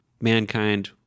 mankind